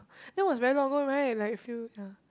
that was very long ago right like few ya